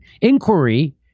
inquiry